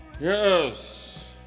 yes